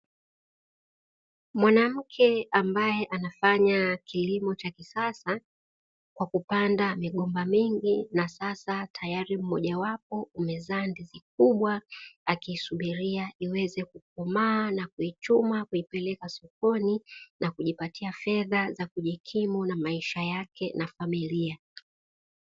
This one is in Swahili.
Mwanamke ambaye anafanya kilimo cha kisasa kwa kupanda migomba mingi na sasa tayari mmojawapo umezaa ndizi kubwa, akiisubiria iweze kukomaa na kuichuma kuipeleka sokoni na kujipatia fedha za kujikimu na maisha yake na familia.